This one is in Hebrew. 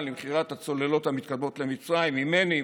למכירת הצוללות המתקדמות למצרים ממני,